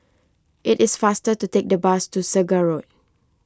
it is faster to take the bus to Segar Road